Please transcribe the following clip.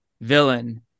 villain